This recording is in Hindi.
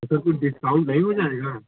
तो सर कुछ डिस्काउंट नहीं हो जाएगा